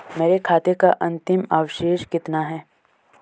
मेरे खाते का अंतिम अवशेष कितना है?